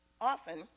often